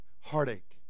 heartache